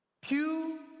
Pew